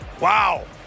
Wow